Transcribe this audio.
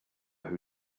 who